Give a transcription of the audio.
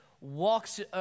walks